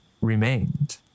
remained